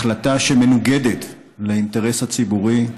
החלטה שמנוגדת לאינטרס הציבורי,